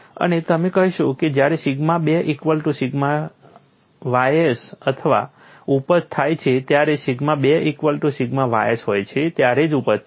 અને તમે કહેશો કે જ્યારે sigma 2 equal to sigma ys અથવા ઉપજ થાય છે જ્યારે sigma 2 equal to sigma ys હોય છે ત્યારે ઉપજ થાય છે